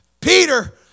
Peter